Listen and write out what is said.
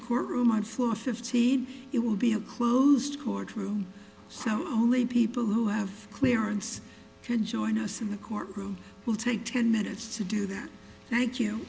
courtroom i for fifteen it will be a closed courtroom so only people who have clearance can join us in the court room will take ten minutes to do that thank you